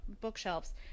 bookshelves